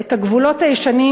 את הגבולות הישנים